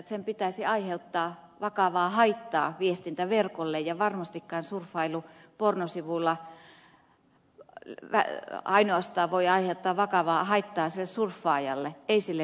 sen pitäisi aiheuttaa vakavaa haittaa viestintäverkolle ja varmastikin surfailu pornosivuilla voi aiheuttaa vakavaa haittaa ainoastaan sille surfaajalle ei sille viestintäverkolle